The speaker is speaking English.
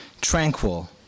Tranquil